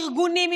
ארגונים,